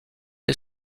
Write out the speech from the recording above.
est